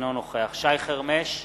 אינו נוכח שי חרמש,